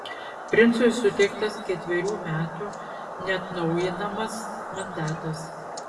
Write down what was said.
princui suteiktas ketverių metų neatnaujinamas mandatas